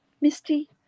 Misty